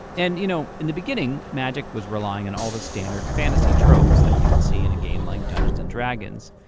and you know in the beginning, magic was relying on and all the standard fantasy tropes that you would see in a game like dungeons and dragons.